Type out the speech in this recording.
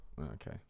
Okay